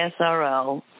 SRL